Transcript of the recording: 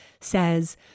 says